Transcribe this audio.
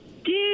Dude